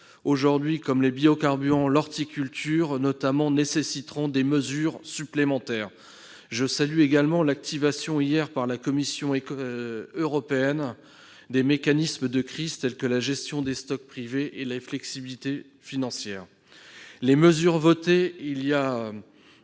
comme celles des biocarburants ou de l'horticulture, nécessiteront des mesures supplémentaires. Je salue également l'activation hier par la Commission européenne des mécanismes de crise, tels que la gestion des stocks privés et la flexibilité financière. Les mesures adoptées voilà un